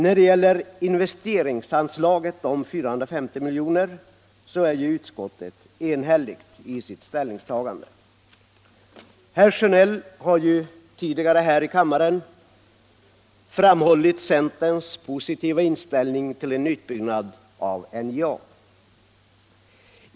När det gäller investeringsanslaget om 450 miljoner är ju utskottet enhälligt i sitt ställningstagande. Herr Sjönell har tidigare här i kammaren framhållit centerns positiva inställning till en utbyggnad av NJA.